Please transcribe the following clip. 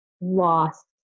lost